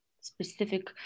specific